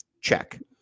Check